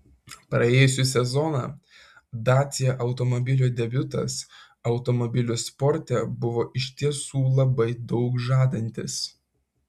praėjusį sezoną dacia automobilio debiutas automobilių sporte buvo iš tiesų labai daug žadantis